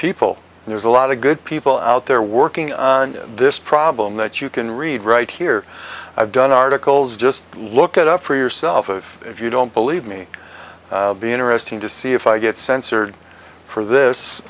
people there's a lot of good people out there working on this problem that you can read right here i've done articles just look at up for yourself if you don't believe me be interesting to see if i get censored for this